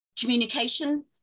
communication